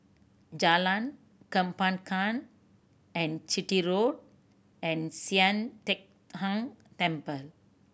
Jalan Kembangan and Chitty Road and Sian Teck Tng Temple